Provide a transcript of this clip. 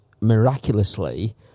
miraculously